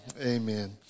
amen